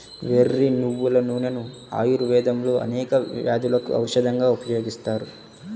వెర్రి నువ్వుల నూనెను ఆయుర్వేదంలో అనేక వ్యాధులకు ఔషధంగా ఉపయోగిస్తారు